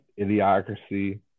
Idiocracy